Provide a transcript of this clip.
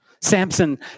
Samson